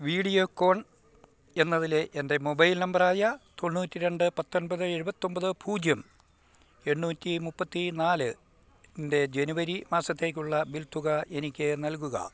Videocon എന്നതിലെ എൻ്റെ mobile നമ്പറായ തൊണ്ണൂറ്റിരണ്ട് പത്തൊന്പത് എഴുപത്തൊൻപത് പൂജ്യം എണ്ണൂറ്റി മുപ്പത്തി നാല് ന്റെ ജനുവരി മാസത്തേക്കുള്ള ബിൽ തുക എനിക്ക് നൽകുക